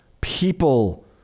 people